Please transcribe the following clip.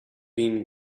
been